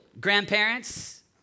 grandparents